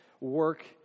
work